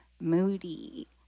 moody